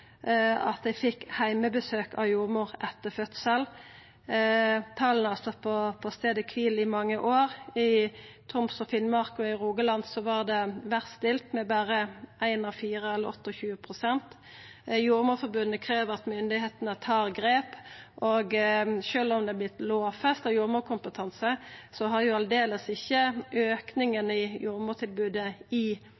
at dei fekk heimebesøk av jordmor etter fødselen. Talet har stått på staden kvil i mange år. I Troms og Finnmark og i Rogaland var det verst stilt med berre ein av fire, eller 28 pst. Jordmorforbundet krev at myndigheitene tar grep. Sjølv om det er vorte lovfesta å ha jordmorkompetanse, har auken i jordmortilbodet i kommunane aldeles ikkje